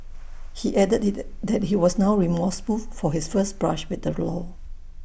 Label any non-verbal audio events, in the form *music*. *noise* he added that he was now remorseful for his first brush with the law